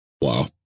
Wow